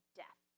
death